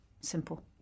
Simple